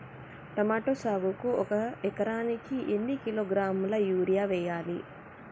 Tomato సాగుకు ఒక ఎకరానికి ఎన్ని కిలోగ్రాముల యూరియా వెయ్యాలి?